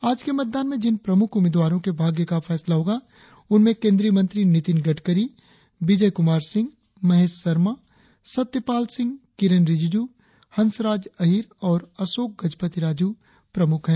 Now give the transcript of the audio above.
आज के मतदान में जिन प्रमुख उम्मीदवारों के भाग्य का फैसला होगा उनमें केंद्रीय मंत्री नितिन गडकरी विजय कुमार सिंह महेश शर्मा सत्यपाल सिंह किरेन रिजिजू हंशराज अहिर और अशोक गजपति राजू प्रमुख है